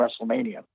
WrestleMania